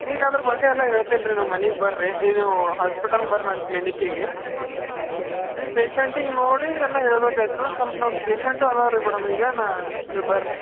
ಈಗ ಅದ್ರ ಬಗ್ಗೆ ಎಲ್ಲ ಹೇಳ್ತೀನಿ ರೀ ನಮ್ಮ ಮನೆಗೆ ಬರ್ರಿ ಇ ನೀವು ಹಾಸ್ಪಿಟಲ್ಗೆ ಬರ್ ನನ್ನ ಕ್ಲಿನಿಕ್ಕಿಗೆ ಪೇಶೆಂಟಿಗೆ ನೋಡಿ ಎಲ್ಲ ಹೇಳ್ಬೇಕಾಗ್ತದೆ ಸ್ವಲ್ಪ ನಮ್ಮ ಪೇಶೆಂಟು ಅದ ರೀ ಮೇಡಮ್ ಈಗ ನಾ ನೀವು ಬರ್ರಿ